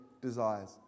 desires